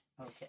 Okay